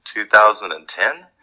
2010